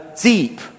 deep